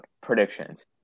Predictions